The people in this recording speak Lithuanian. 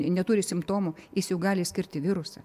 neturi simptomų jis jau gali skirti virusą